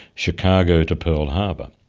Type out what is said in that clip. chicago to pearl harbor',